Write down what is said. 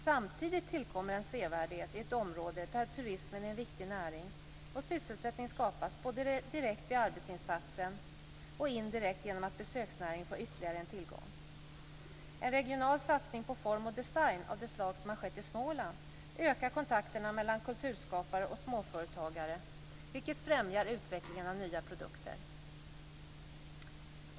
Samtidigt tillkommer en sevärdhet i ett område där turismen är en viktig näring, och sysselsättning skapas både direkt vid arbetsinsatsen och indirekt genom att besöksnäringen får ytterligare en tillgång. En regional satsning på form och design av det slag som har skett i Småland ökar kontakterna mellan kulturskapare och småföretagare, vilket främjar utvecklingen av nya produkter.